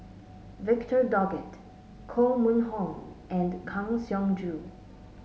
Victor Doggett Koh Mun Hong and Kang Siong Joo